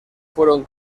fueron